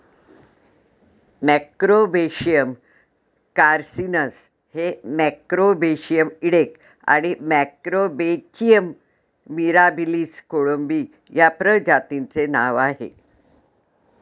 Macrobrachium carcinus हे Macrobrachium इडेक आणि मॅक्रोब्रॅचियम मिराबिलिस कोळंबी या प्रजातींचे नाव आहे